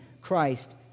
Christ